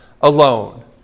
alone